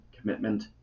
commitment